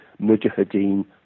mujahideen